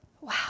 wow